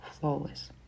flawless